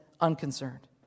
unconcerned